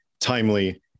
timely